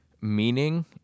meaning